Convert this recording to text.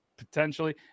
potentially